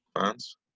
fans